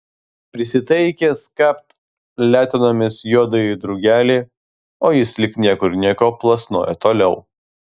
prisitaikęs kapt letenomis juodąjį drugelį o jis lyg niekur nieko plasnoja toliau